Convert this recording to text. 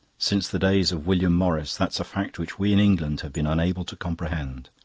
since the days of william morris that's a fact which we in england have been unable to comprehend.